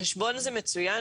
החשבון זה מצוין,